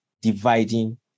dividing